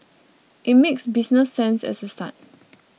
it makes business sense as a start